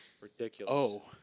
Ridiculous